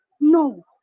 No